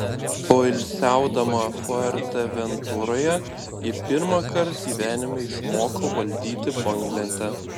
poilsiaudama fuerteventuroje ji pirmąkart gyvenime išmoko valdyti banglentę